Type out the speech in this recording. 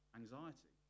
anxiety